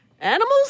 Animals